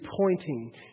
pointing